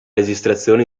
registrazione